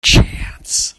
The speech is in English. chance